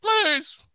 please